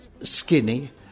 skinny